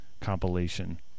Compilation